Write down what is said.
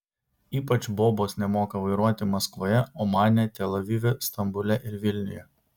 ypač bobos nemoka vairuoti maskvoje omane tel avive stambule ir vilniuje